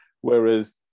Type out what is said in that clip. whereas